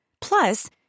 Plus